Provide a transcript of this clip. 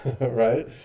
right